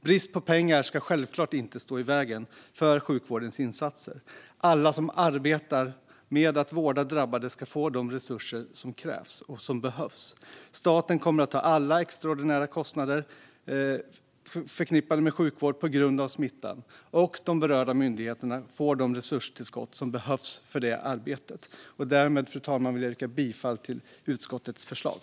Brist på pengar ska självfallet inte stå i vägen för sjukvårdens insatser. Alla som arbetar med att vårda drabbade ska få de resurser som krävs. Staten kommer att ta alla extraordinära kostnader förknippade med sjukvård på grund av smittan, och de berörda myndigheterna får de resurstillskott som behövs för detta arbete. Därmed, fru talman, yrkar jag bifall till utskottets förslag.